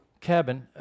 cabin